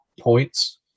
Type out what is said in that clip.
points